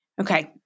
Okay